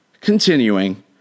continuing